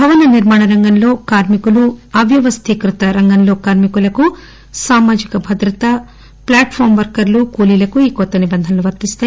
భవన నిర్మాణ రంగం లో కార్మికులు అవ్యవస్థీకృత కార్మికులకు సామాజిక భద్రత ప్లాట్పామ్ వర్కర్లు కూలీలకు ఈ కొత్త నిబంధనలు వర్తిస్తాయి